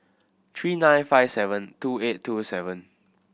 three nine five seven two eight two seven